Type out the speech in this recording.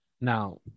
Now